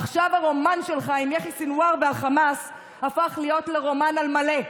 עכשיו הרומן שלך עם יחיא סנוואר והחמאס הפך להיות לרומן על מלא,